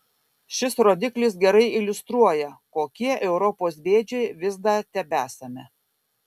šis rodiklis gerai iliustruoja kokie europos bėdžiai vis dar tebesame